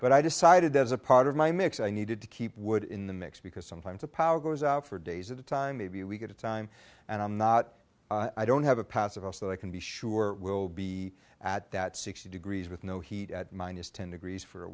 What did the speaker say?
but i decided as a part of my mix i needed to keep wood in the mix because sometimes the power goes out for days at a time maybe we get a time and i'm not i don't have a passable so i can be sure we'll be at that sixty degrees with no heat at minus ten degrees for a